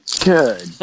good